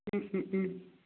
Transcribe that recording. ம் ம் ம்